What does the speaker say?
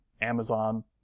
Amazon